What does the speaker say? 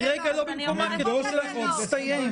היא לא במקומה, כי הדיון עדיין לא הסתיים.